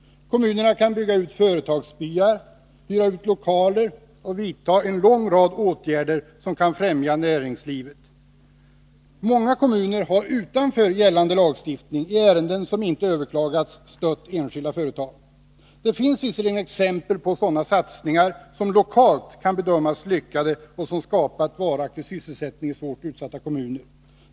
Kommunerna kan bygga ut företagsbyar, hyra ut lokaler och vidta en lång rad åtgärder som kan främja näringslivet. Många kommuner har utanför gällande lagstiftning i ärenden som inte överklagats stött enskilda företag. Det finns visserligen exempel på sådana satsningar som lokalt kan bedömas vara lyckade och som skapat varaktig sysselsättning i svårt utsatta kommuner.